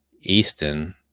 easton